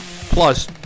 plus